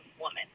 woman